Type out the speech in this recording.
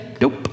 Nope